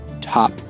top